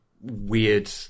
weird